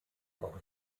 auch